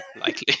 likely